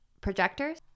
projectors